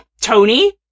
Tony